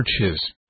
churches